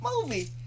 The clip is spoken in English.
movie